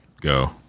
go